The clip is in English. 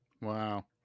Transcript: wow